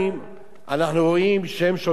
אנחנו רואים שהם שולטים בשטח.